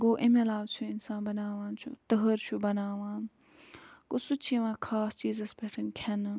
گوٚو اَمہِ علاوٕ چھُ اِنسان بناوان چھُ تہر چھُ بناوان گوٚو سُہ تہِ چھُ یِوان خاص چیٖزَس پٮ۪ٹھ کھٮ۪نہٕ